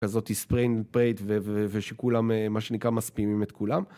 כזאת היא spray and pray ושכולם מה שנקרא מספימים את כולם